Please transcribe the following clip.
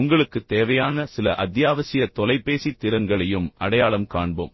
உங்களுக்குத் தேவையான சில அத்தியாவசிய தொலைபேசி திறன்களையும் அடையாளம் காண்போம்